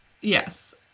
Yes